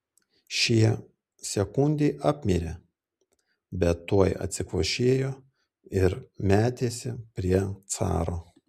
šie sekundei apmirė bet tuoj atsikvošėjo ir metėsi prie caro